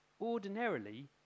Ordinarily